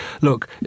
look